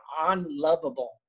unlovable